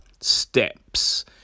steps